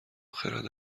خرد